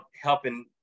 helping